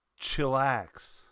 chillax